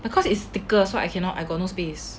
because it's thicker so I cannot I got no space